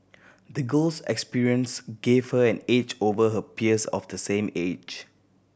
the girl's experience gave her an edge over her peers of the same age